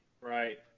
Right